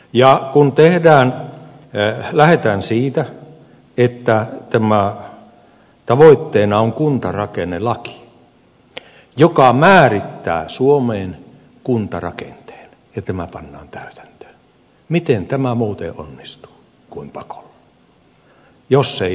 ja kun lähdetään siitä että tavoitteena on kuntarakennelaki joka määrittää suomeen kuntarakenteen ja tämä pannaan täytäntöön niin miten tämä muuten onnistuu kuin pakolla jos ei vapaaehtoisuutta löydy